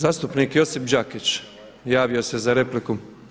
Zastupnik Josip Đakić javio se za repliku.